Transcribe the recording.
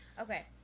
Okay